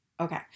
Okay